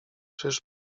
czyż